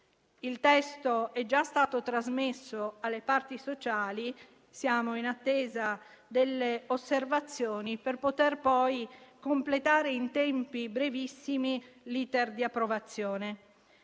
Il testo è già stato trasmesso alle parti sociali, siamo in attesa delle osservazioni per poter poi completare in tempi brevissimi l'*iter* di approvazione.